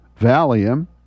Valium